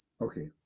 Okay